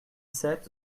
sept